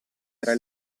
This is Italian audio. era